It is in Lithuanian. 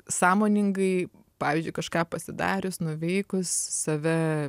sąmoningai pavyzdžiui kažką pasidarius nuveikus save